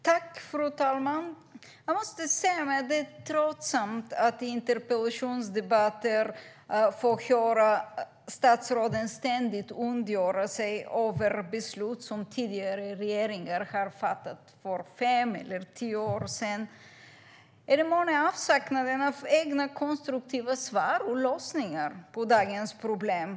Fru talman! Jag måste säga att det är tröttsamt att i interpellationsdebatter få höra statsråden ständigt ondgöra sig över beslut som tidigare regeringar har fattat för fem eller tio år sedan. Handlar det månne om avsaknaden av egna konstruktiva svar och lösningar på dagens problem?